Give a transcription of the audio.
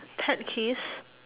pet peeves